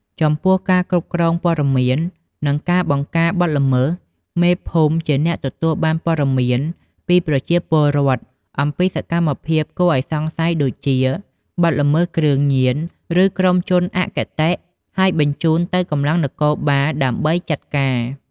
ចំពោះការគ្រប់គ្រងព័ត៌មាន និងការបង្ការបទល្មើស មេភូមិជាអ្នកទទួលបានព័ត៌មានពីប្រជាពលរដ្ឋអំពីសកម្មភាពគួរឲ្យសង្ស័យដូចជា បទល្មើសគ្រឿងញៀន ឬក្រុមជនអគតិ ហើយបញ្ជូនទៅកម្លាំងនគរបាលដើម្បីចាត់ការ។